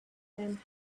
them